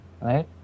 Right